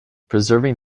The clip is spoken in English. preserving